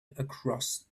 across